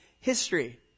history